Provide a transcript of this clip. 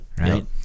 right